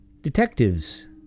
Detectives